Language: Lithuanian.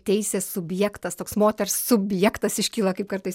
teisės subjektas toks moters subjektas iškyla kaip kartais